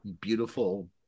beautiful